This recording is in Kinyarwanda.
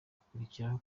hakurikiraho